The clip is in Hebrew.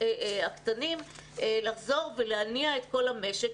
הקטנים לחזור ולהניע את כל המשק.